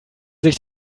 sich